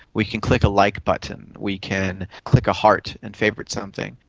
we can click a like button, we can click a heart and favourite something,